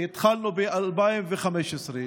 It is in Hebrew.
התחלנו ב-2015,